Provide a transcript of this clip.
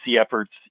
efforts